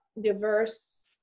diverse